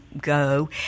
go